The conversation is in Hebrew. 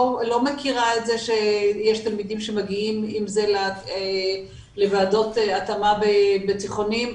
לא מכירה את זה שיש תלמידים שמגיעים עם זה לוועדות התאמה בתיכונים,